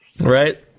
right